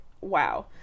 wow